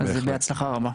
אז בהצלחה רבה.